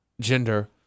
gender